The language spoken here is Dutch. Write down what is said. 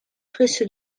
frisse